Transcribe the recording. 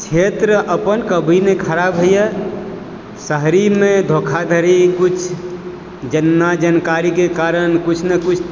क्षेत्र अपन कभी नहि खराब होइए शहरीमे धोखाधड़ी कुछ ना जानकारीके कारण कुछ न कुछ